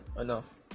enough